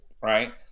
right